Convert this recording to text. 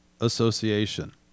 Association